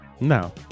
No